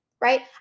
right